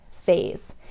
phase